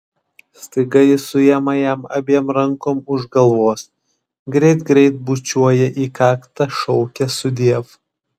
staiga ji suima jam abiem rankom už galvos greit greit bučiuoja į kaktą šaukia sudiev